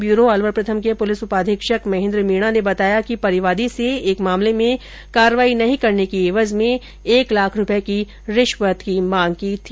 bureau Alwar प्रथम के police उपाधीक्षक महेंद्र मीणा ने बताया कि परिवादी से एक मामले में कार्रवाई नहीं करने की एवज में एक लाख रुपये रिश्वत की मांग की गई थी